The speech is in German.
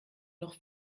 noch